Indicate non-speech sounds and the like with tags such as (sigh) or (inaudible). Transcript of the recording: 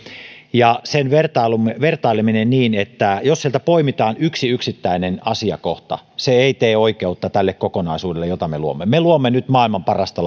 ja sen vertaileminen niin että jos sieltä poimitaan yksi yksittäinen asiakohta ei tee oikeutta tälle kokonaisuudelle jota me luomme me luomme nyt maailman parasta (unintelligible)